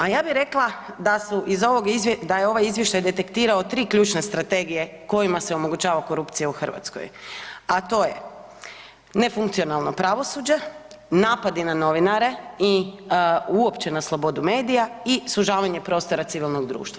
A ja bih rekla da je ovaj izvještaj detektirao tri ključne strategije kojima se omogućava korupcija u Hrvatskoj, a to je nefunkcionalno pravosuđe, napadi na novinare i uopće na slobodu medija i sužavanje prostora civilnog društva.